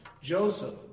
Joseph